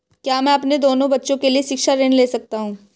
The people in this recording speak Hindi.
क्या मैं अपने दोनों बच्चों के लिए शिक्षा ऋण ले सकता हूँ?